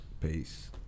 Peace